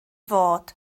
fod